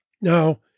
Now